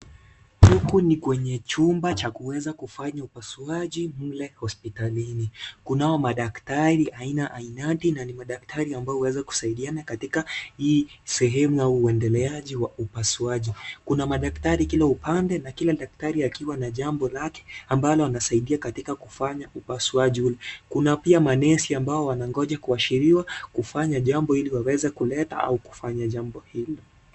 Huku ni kwebye chumpa cha kuweza kufanya upasuaji, mle hospitalini, kunao madaktari aina ainadi na ni madaktari ambao huweza kusaidiana katika hii sehemu ya uendeleaji wa upasuaji, kuna madaktari kila upande, na kila daktari akiwa na jambo lake anasaidia katika upasuaji ule, kuna manesi ambao pia wanangoja kuashiliwa kufanya jambo ili waweze kuleta au kufanya jambo hili.